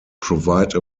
provide